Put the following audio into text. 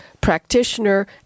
practitioner